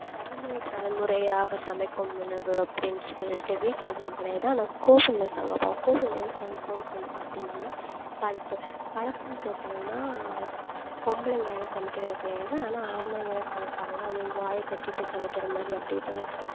தலைமுறை தலைமுறையாக சமைக்கும் உணவு அப்டின்னு சொல்லிவிட்டு வீட்டில் எதுவும் கெடையாது ஆனால் கோவிலில் சமைப்போம் கோவிலில் என்ன சமைப்போன் சொல்ட்டு பார்த்தீங்கன்னா படப்பு படப்புன்னு போட்டாங்கன்னா பொம்பளைங்க யாரும் சமைக்கிறது கிடையாது ஆனால் ஆம்பளைங்க தான் சமைப்பாங்க அதுவும் வாயை கட்டிகிட்டு சமைக்கிற மாதிரி அப்டேட்லாம் இருக்கும்